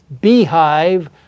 beehive